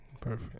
perfect